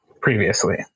previously